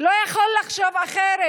לא יכול לחשוב אחרת,